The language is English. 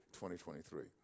2023